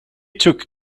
took